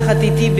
יחד אתי,